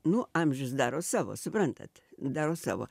nu amžius daro savo suprantat daro savo